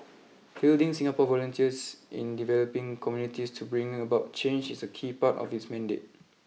fielding Singapore volunteers in developing communities to bring about change is a key part of its mandate